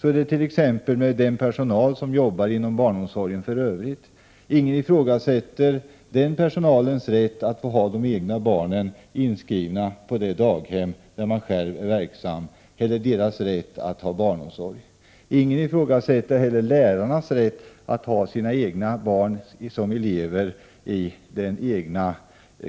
Så är det t.ex. för den personal som jobbar inom barnomsorgen i övrigt. Ingen ifrågasätter den personalens rätt att få ha de egna barnen inskrivna på det daghem där man själv är verksam. De barnens rätt att åtnjuta barnomsorg ifrågasätts inte. Ingen ifrågasätter lärarnas rätt att ha sina egna barn som elever i den egna